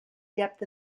depth